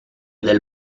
del